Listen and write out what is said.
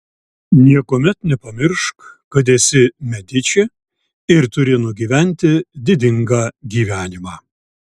niekuomet nepamiršk kad esi mediči ir turi nugyventi didingą gyvenimą